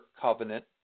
covenant